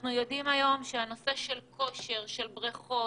אנחנו יודעים היום שכושר, בריכות,